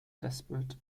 desperate